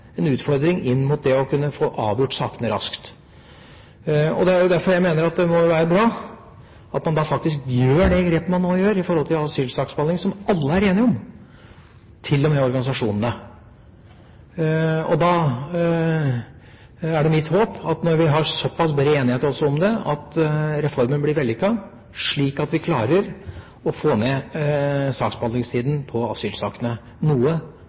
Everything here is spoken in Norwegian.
en utfordring med hensyn til det å kunne få avgjort sakene raskt. Det er jo derfor jeg mener at det må være bra at man faktisk gjør det grepet man nå gjør i forhold til asylsaksbehandling, som alle er enige om, til og med organisasjonene. Da er det mitt håp – når vi har såpass bred enighet også om det – at reformen blir vellykket, slik at vi klarer å få ned saksbehandlingstida i asylsakene, noe